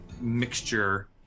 mixture